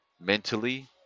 mentally